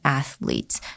athletes